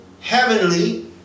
heavenly